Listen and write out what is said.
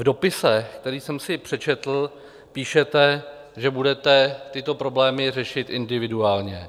V dopise, který jsem si přečetl, píšete, že budete tyto problémy řešit individuálně.